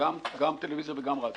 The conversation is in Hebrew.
גם של הטלוויזיה וגם של הרדיו.